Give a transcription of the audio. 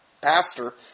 pastor